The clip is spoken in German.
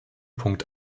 punkt